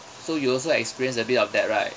so you also experienced a bit of that right